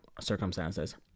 circumstances